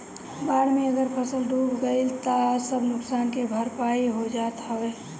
बाढ़ में अगर फसल डूब गइल तअ सब नुकसान के भरपाई हो जात हवे